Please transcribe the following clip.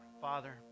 Father